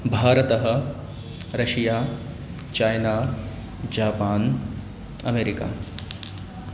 Bharat Russia China Japan America